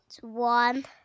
One